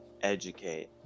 educate